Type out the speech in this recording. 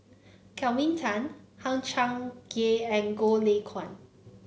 Kelvin Tan Hang Chang Chieh and Goh Lay Kuan